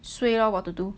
suay lor what to do